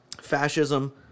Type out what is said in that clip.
fascism